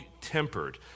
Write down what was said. tempered